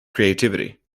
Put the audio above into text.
creativity